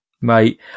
Mate